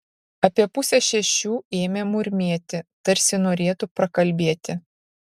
apie pusę šešių ėmė murmėti tarsi norėtų prakalbėti